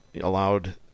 allowed